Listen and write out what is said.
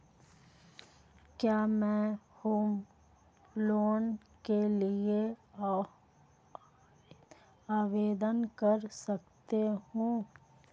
क्या मैं home loan के लिए आवेदन कर सकता हूं?